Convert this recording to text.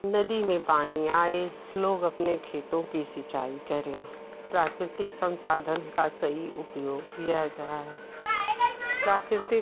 नदी में पानी आए लोग अपने खेतों की सिंचाई करें प्राकृतिक संसाधन का सही उपयोग किया जा जाए प्राकृतिक